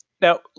Now